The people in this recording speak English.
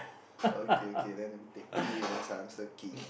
okay okay then I'd take key as the answer key